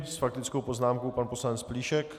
S faktickou poznámkou pan poslanec Plíšek.